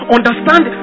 Understand